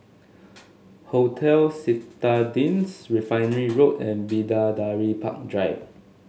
Hotel Citadines Refinery Road and Bidadari Park Drive